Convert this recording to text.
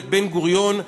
את בן-גוריון,